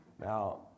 Now